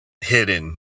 hidden